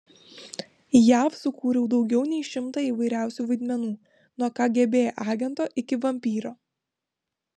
jav sukūriau daugiau nei šimtą įvairiausių vaidmenų nuo kgb agento iki vampyro